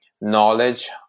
knowledge